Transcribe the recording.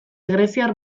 greziar